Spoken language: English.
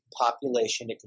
population